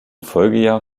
folgejahr